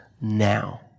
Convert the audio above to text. now